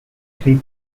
three